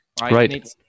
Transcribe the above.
Right